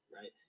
right